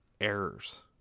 errors